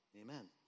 amen